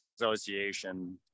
Association